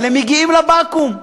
אבל הם מגיעים לבקו"ם.